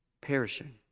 perishing